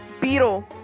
Beetle